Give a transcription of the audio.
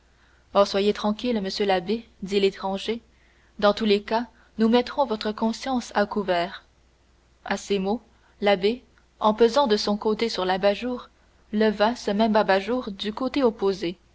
soyez tranquille monsieur l'abbé dit l'étranger dans tous les cas nous mettrons votre conscience à couvert à ces mots l'abbé en pesant de son côté sur l'abat jour leva ce même abat-jour du côté opposé